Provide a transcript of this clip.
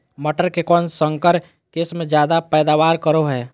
मटर के कौन संकर किस्म जायदा पैदावार करो है?